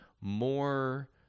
more